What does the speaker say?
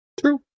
True